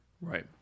right